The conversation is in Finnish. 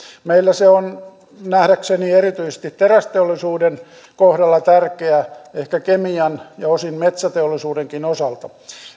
meillä se on nähdäkseni erityisesti terästeollisuuden kohdalla tärkeä ehkä kemian ja osin metsäteollisuudenkin osalta